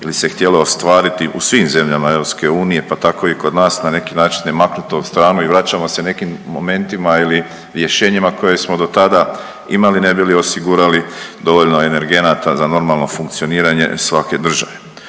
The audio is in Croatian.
ili se htjelo ostvariti u svim zemljama EU pa tako i kod nas na neki način je maknuto u stranu i vraćamo se nekim momentima ili rješenjima koje smo dotada imali ne bi li osigurali dovoljno energenata za normalno funkcioniranje svake države.